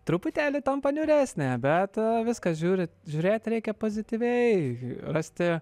truputėlį tampa niūresnė bet viskas žiūri žiūrėti reikia pozityviai rasti